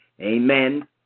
Amen